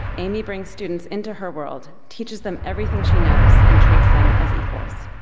amy brings students into her world, teaches them everything she knows and treats them as equals.